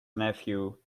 nephew